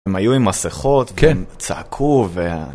הם היו עם מסכות, כן, צעקו ו...